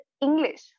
English